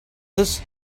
this